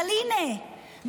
אבל הינה,